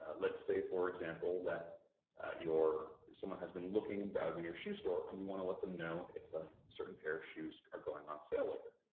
ah let's say for example that someone has been looking in browsing your shoe store and you want to let them know if a certain pair of shoes are going on sale later.